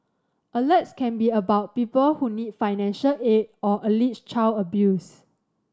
alerts can be about people who need financial aid or alleged child abuse